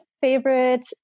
favorite